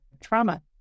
trauma